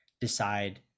decide